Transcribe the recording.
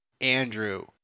Andrew